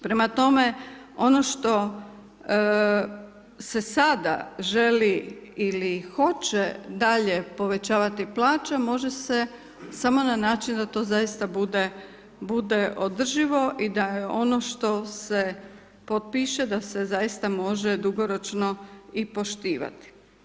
Prema tome, ono što se sada želi ili hoće dalje povećavati plaće može se samo na način da to zaista bude, bude održivo i da je ono što se potpiše da se zaista može dugoročno i poštivati.